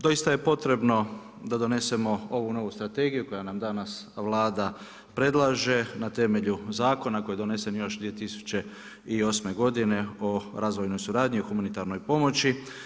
Doista je potrebno da donesemo ovu novu strategiju koju nam danas Vlada predlaže na temelju zakona koji je donesen još 2008. godine o razvojnoj suradnji i humanitarnoj pomoći.